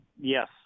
yes